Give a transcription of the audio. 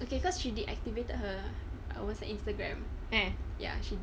okay cause she deactivated her what's that Instagram kan